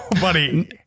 Buddy